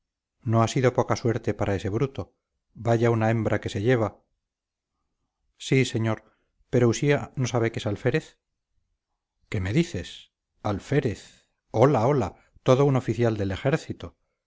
no ha sido poca suerte para ese bruto vaya una hembra que se lleva sí señor pero usía no sabe que es alférez qué me dices alférez hola hola todo un oficial del ejército